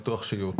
בטוח שיהיו.